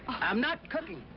i'm not cooking!